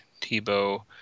Tebow